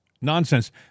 Nonsense